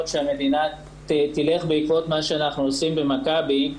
שהמדינה תלך בעקבות מה שאנחנו עושים במכבי.